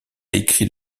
écrit